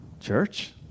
church